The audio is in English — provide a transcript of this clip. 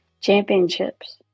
championships